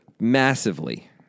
massively